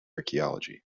archaeology